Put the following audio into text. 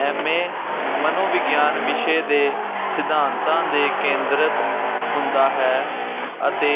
M A ਮਨੋਵਿਗਿਆਨ ਵਿਸ਼ੇ ਦੇ ਸਿਧਾਂਤਾਂ 'ਤੇ ਕੇਂਦਰਿਤ ਹੁੰਦਾ ਹੈ ਅਤੇ